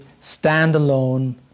standalone